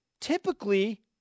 Typically